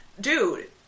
dude